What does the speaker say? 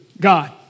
God